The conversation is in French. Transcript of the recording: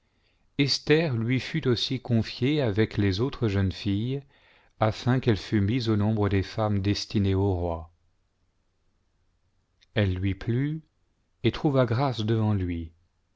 esther lui fut aussi confiée avec les autres jeunes filles afin qu'elle fût mise au nombre des femmes destinées aux rois elle lui plut et trouva grâce devant lui